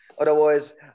Otherwise